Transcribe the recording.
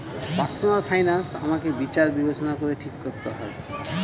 personal finance আমাকে বিচার বিবেচনা করে ঠিক করতে হয়